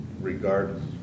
regardless